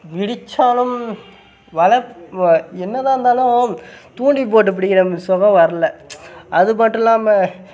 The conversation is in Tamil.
பிடித்தாலும் வலை என்னதான் இருந்தாலும் தூண்டி போட்டு பிடிக்கிற மாதிரி சுகம் வரலை அது மட்டும் இல்லாமல்